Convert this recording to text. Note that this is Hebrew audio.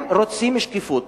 הם רוצים שקיפות.